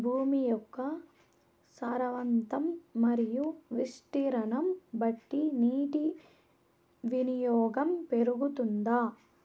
భూమి యొక్క సారవంతం మరియు విస్తీర్ణం బట్టి నీటి వినియోగం పెరుగుతుందా?